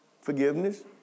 forgiveness